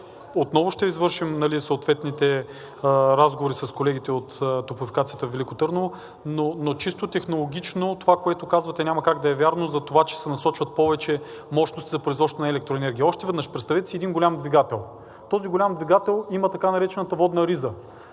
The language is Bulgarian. Отново ще извършим съответните разговори с колегите от Топлофикацията във Велико Търново, но чисто технологично това, което казвате, няма как да е вярно за това, че се насочват повече мощности за производство на електроенергия. Още веднъж, представете си един голям двигател. Този голям двигател има така наречената водна риза.